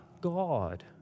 God